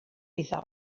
iddo